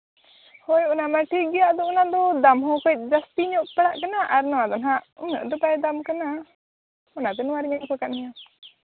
ᱦᱳᱭ ᱚᱱᱟ ᱢᱟ ᱴᱷᱤᱠ ᱜᱮᱭᱟ ᱟᱫᱚ ᱚᱱᱟᱫᱚ ᱫᱟᱢ ᱦᱚᱸ ᱠᱟᱹᱡ ᱡᱟᱹᱥᱛᱤ ᱧᱚᱜ ᱯᱟᱲᱟᱜ ᱠᱟᱱᱟ ᱟᱨ ᱱᱚᱣᱟ ᱫᱚ ᱦᱟᱸᱜ ᱩᱱᱟᱹᱜ ᱫᱚ ᱵᱟᱭ ᱫᱟᱢ ᱠᱟᱱᱟ ᱚᱱᱟᱛᱮ ᱱᱚᱣᱟ ᱨᱮᱜᱤᱧ ᱚᱰᱳᱠ ᱟᱫ ᱢᱮᱭᱟ